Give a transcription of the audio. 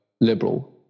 liberal